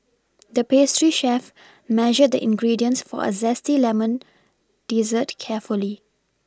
the pastry chef measured the ingredients for a zesty lemon dessert carefully